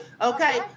Okay